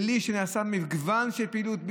בלי שנעשה מגוון של פעילויות,